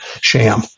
sham